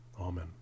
Amen